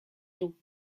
don